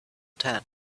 tent